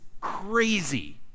crazy